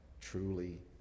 truly